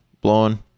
blowing